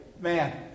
Man